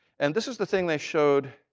and this is the thing they showed